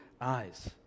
eyes